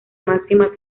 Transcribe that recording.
máxima